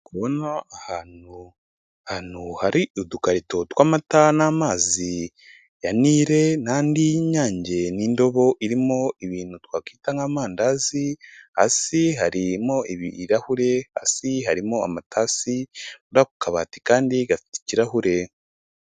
Ahantu hari udukarito tw'amatara n'amazi ya NILE n'andi y'inyange, n'indobo irimo ibintu twakwita nk'amandazi. Hasi harimo ibirahuri, hasi harimo amatasi ku kabati kandi gafite ikirahure.